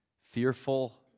fearful